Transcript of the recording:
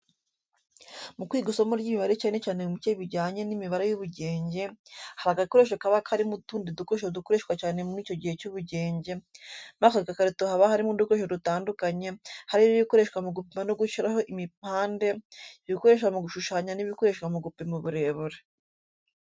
Mu kwiga isomo ry'imibare cyane cyane mu bice bijyanye n’imibare y’ubugenge, hari agakoresho kaba karimo utundi dukoresho dukoreshwa cyane muri icyo gice cy'ubugenge, muri aka gakarito haba harimo udukoresho dutandukanye, harimo ibikoreshwa mu gupima no gushyiraho impande, ibikoreshwa mu gushushanya n'ibikoreshwa mu gupima uburebure.